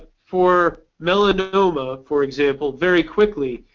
for melanoma, for example, very quickly,